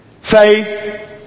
Faith